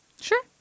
Sure